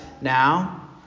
now